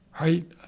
right